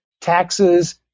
taxes